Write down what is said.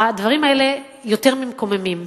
הדברים האלה יותר ממקוממים.